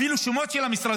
אפילו את השמות של המשרדים